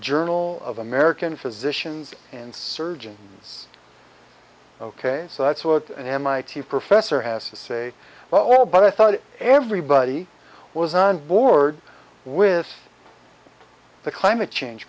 journal of american physicians and surgeons ok so that's what an mit professor has to say well but i thought everybody was on board with the climate change